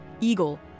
Eagle